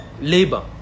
labor